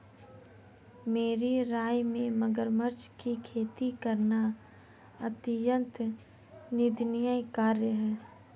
मेरी राय में मगरमच्छ की खेती करना अत्यंत निंदनीय कार्य है